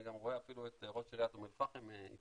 אני אפילו רואה את ראש עיריית אום אל פחם איתנו,